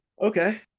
okay